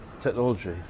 technology